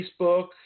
Facebook